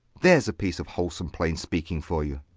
there's a piece of wholesome plain speaking for you.